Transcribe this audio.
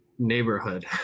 neighborhood